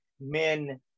men